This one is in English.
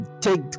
take